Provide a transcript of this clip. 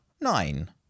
nine